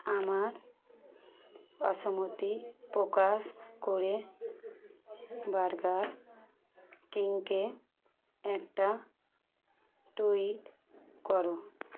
আমার অসমতি প্রকাশ করে বার্গার কিংকে একটা টুইট করো